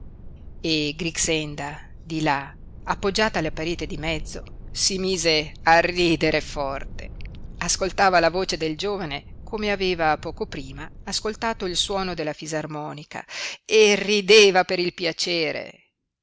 grixenda di là appoggiata alla parete di mezzo si mise a ridere forte ascoltava la voce del giovane come aveva poco prima ascoltato il suono della fisarmonica e rideva per il piacere